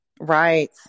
Right